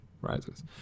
rises